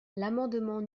l’amendement